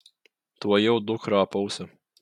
tuojau dukrą apausiu